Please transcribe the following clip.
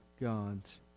God's